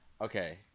Okay